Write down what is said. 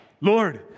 Lord